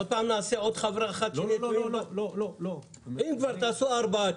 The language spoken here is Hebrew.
אם כבר תעשו ארבע,